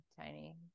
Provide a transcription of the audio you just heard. tiny